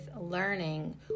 learning